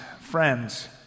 friends